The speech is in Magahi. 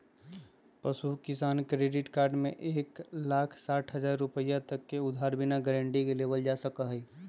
पशु किसान क्रेडिट कार्ड में एक लाख साठ हजार रुपए तक के उधार बिना गारंटी के लेबल जा सका हई